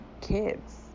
kids